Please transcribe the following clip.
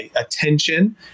Attention